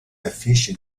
affiches